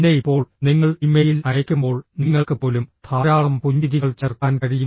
പിന്നെ ഇപ്പോൾ നിങ്ങൾ ഇമെയിൽ അയയ്ക്കുമ്പോൾ നിങ്ങൾക്ക് പോലും ധാരാളം പുഞ്ചിരികൾ ചേർക്കാൻ കഴിയും